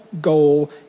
goal